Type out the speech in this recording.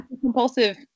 compulsive